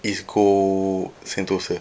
is go sentosa